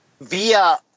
via